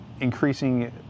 increasing